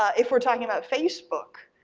ah if we're talking about facebook,